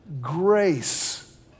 grace